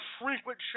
frequent